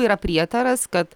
yra prietaras kad